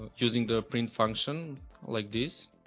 using the print function like this